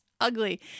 ugly